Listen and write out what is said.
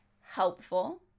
helpful